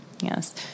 Yes